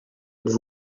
êtes